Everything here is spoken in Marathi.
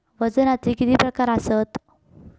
वजनाचे किती प्रकार आसत?